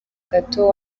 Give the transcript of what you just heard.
gato